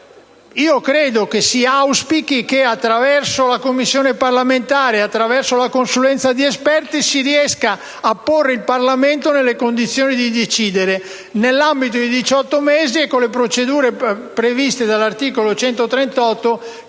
io credo che si auspichi che, attraverso la Commissione parlamentare e attraverso la consulenza di esperti, si riesca a porre il Parlamento nelle condizioni di decidere, nell'ambito di 18 mesi e con le procedure previste dall'articolo 138